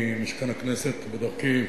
ממשכן הכנסת בדרכי